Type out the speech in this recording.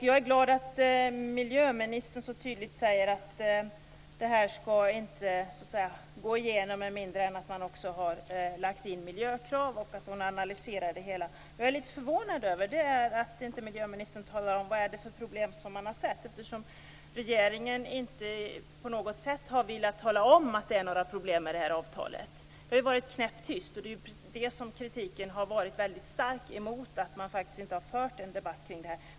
Jag är glad att miljöministern säger att avtalet inte kommer att gå igenom med mindre än att miljökrav tas med. Jag är förvånad över att miljöministern inte talar om vilka problem som har kommit fram. Regeringen har inte på något sätt velat tala om att det finns problem med avtalet. Det har varit knäpptyst. Kritiken har varit stark mot att någon debatt inte har förts.